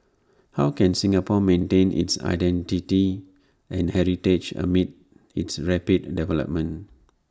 how can Singapore maintain its identity and heritage amid its rapid development